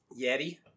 Yeti